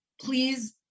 please